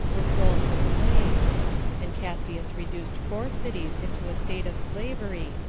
were sold for slaves and cassius reduced four cities into a state of slavery,